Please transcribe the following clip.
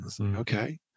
Okay